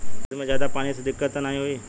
खेत में ज्यादा पानी से दिक्कत त नाही होई?